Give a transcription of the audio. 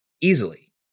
easily